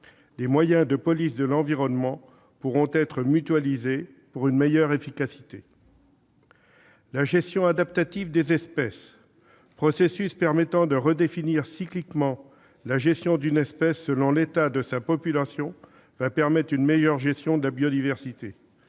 Les moyens de police de l'environnement pourront être mutualisés pour une meilleure efficacité. La gestion adaptative des espèces, processus permettant de redéfinir cycliquement la gestion d'une espèce selon l'état de sa population, assurera une meilleure gestion de la biodiversité.